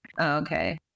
Okay